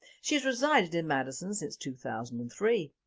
she has resided in madison since two thousand and three.